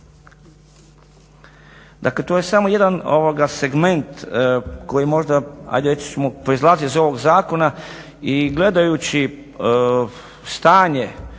Dakle to je samo jedan segment koji možda ajde reći ćemo proizlazi iz ovog zakona i gledajući stanje,